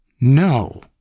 No